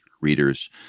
readers